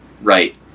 right